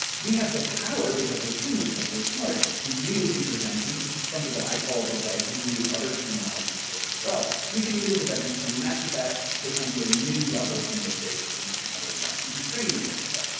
we have the power because we're humans because we're smart to use interventions. it's something i call the wedge. you can use other terminology for this as well. you can use interventions to mess with that to become to a new level of homeostasis in other environment. you can train yourself to that,